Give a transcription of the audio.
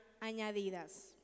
añadidas